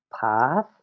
path